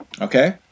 okay